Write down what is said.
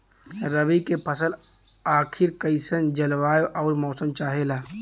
रबी क फसल खातिर कइसन जलवाय अउर मौसम चाहेला?